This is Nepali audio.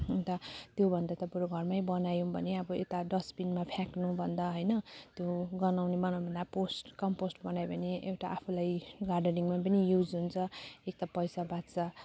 अन्त त्योभन्दा त बरू घरमै बनायौँ भने अब यता डस्टबिनमा फ्याँक्नुभन्दा होइन त्यो गन्हाउने बनाउनुभन्दा पोस्ट कम्पोस्ट बनायो भने एउटा आफूलाई गार्डनिङमा पनि युज हुन्छ एक त पैसा बाँच्छ अन्त